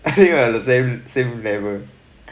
I think we are the same same level